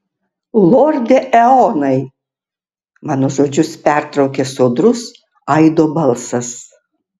lorde eonai mano žodžius pertraukė sodrus aido balsas